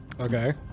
okay